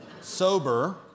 sober